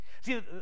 See